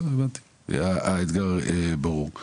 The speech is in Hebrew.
בסדר הבנתי האתגר ברור.